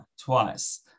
twice